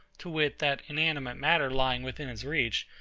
to wit that inanimate matter lying within his reach,